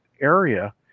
area